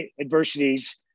adversities